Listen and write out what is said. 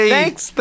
Thanks